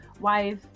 wife